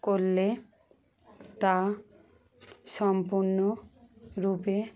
করলে তা সম্পূর্ণরূপে